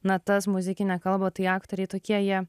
natas muzikinę kalbą tai aktoriai tokie jie